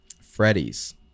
Freddy's